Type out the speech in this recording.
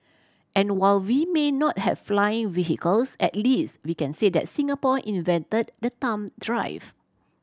and while we may not have flying vehicles at least we can say that Singapore invented the thumb drive